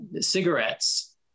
cigarettes